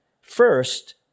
First